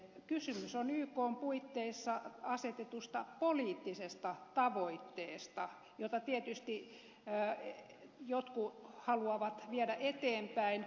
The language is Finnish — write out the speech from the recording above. kysymys on ykn puitteissa asetetusta poliittisesta tavoitteesta jota tietysti jotkut haluavat viedä eteenpäin